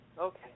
Okay